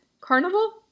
Carnival